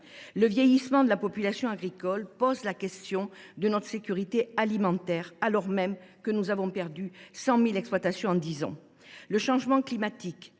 Le vieillissement de la population agricole risque de compromettre notre sécurité alimentaire, alors même que nous avons perdu 100 000 exploitations en dix ans. Le changement climatique